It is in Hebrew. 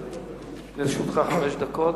לרשותך חמש דקות.